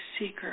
seeker